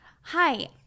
Hi